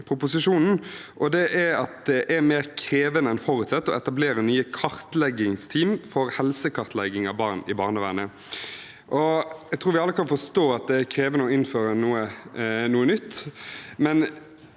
det er mer krevende enn forutsett å etablere nye kartleggingsteam for helsekartlegging av barn i barnevernet. Jeg tror vi alle kan forstå at det er krevende å innføre noe nytt,